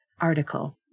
article